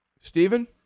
Stephen